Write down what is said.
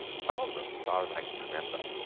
some of them, as far as i can remember,